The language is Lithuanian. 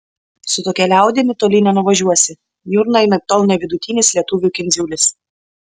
su tokia liaudimi toli nenuvažiuosi niurna anaiptol ne vidutinis lietuvių kindziulis